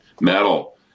metal